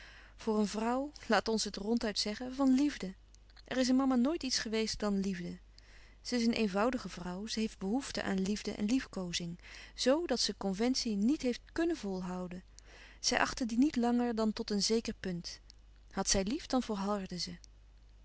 voor een vrouw laat ons het ronduit zeggen van liefde er is in mama nooit iets geweest dan liefde ze is een eenvoudige vrouw ze heeft behoefte aan liefde en liefkoozing zo dat ze conventie niet heeft kùnnen volhouden zij achtte die niet langer dan tot een zeker punt had zij lief dan volhardde ze